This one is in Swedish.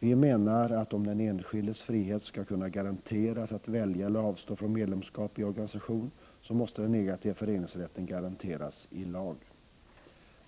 Vi menar, att om den enskildes frihet att välja eller att avstå från medlemskap i organisation skall kunna garanteras, så måste den negativa föreningsrätten garanteras i lag.